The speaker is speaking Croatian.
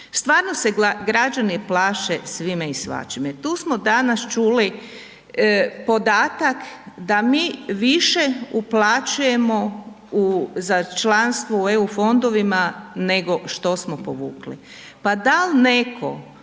Stvarno se građani plaše svime i svačime. Tu smo danas čuli podatak da mi više uplaćujemo u, za članstvo u EU fondovima nego što smo povukli. Pa da li netko